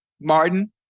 Martin